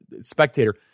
spectator